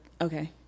okay